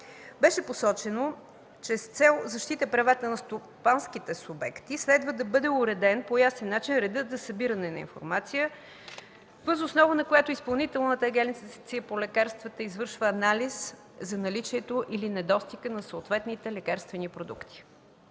Беше посочено, че с цел защита правата на стопанските субекти следва да бъде уреден по ясен начин редът за събиране на информация, въз основа на която Изпълнителната агенция по лекарствата извършва анализ за наличието или недостига на съответните лекарствени продукти.